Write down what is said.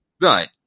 right